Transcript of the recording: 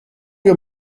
wir